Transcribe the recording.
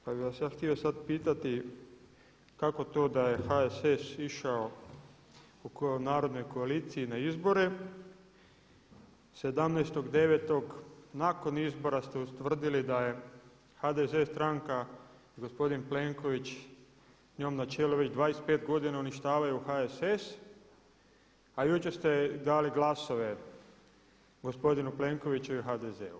Pa bi vas ja htio sad pitati kako to da je HSS išao u Narodnoj koaliciji na izbore, 17.9. nakon izbora ste ustvrdili da je HDZ stranka, gospodin Plenković njoj na čelu već 25 godina uništavaju HSS, a jučer ste dali glasove gospodinu Plenkoviću i HDZ-u.